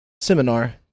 seminar